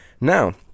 now